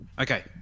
Okay